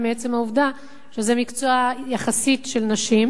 מעצם העובדה שזה מקצוע יחסית של נשים.